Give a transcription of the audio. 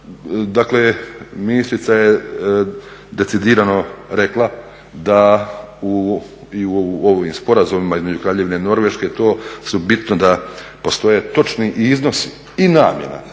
Dakle, ministrica je decidirano rekla da i u ovim sporazumima između Kraljevine Norveške i to je bitno da postoje točni iznosi i namjena